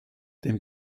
dem